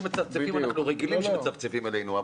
כשמצפצפים עלינו, אנחנו רגילים שמצפצפים עלינו.